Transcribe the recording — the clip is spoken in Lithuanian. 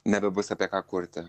nebebus apie ką kurti